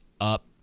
up